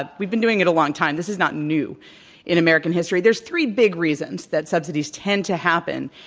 but we've been doing it a long time. this is not new in american history. there's three big reasons that subsidies tend to happen.